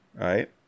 right